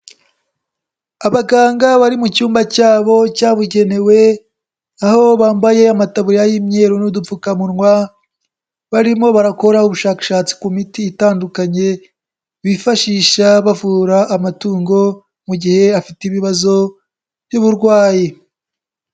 Abaganga bari mu cyumba cyabo cyabugenewe aho bambaye amataburiya y'imyeru n'udupfukamunwa, barimo barakora ubushakashatsi ku miti itandukanye bifashisha bavura amatungo mu gihe afite ibibazo by'uburwayi.